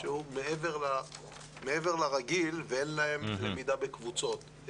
שהוא מעבר לרגיל ואין להם למידה בקבוצות.